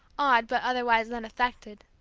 awed but otherwise unaffected,